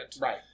Right